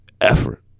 Effort